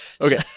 Okay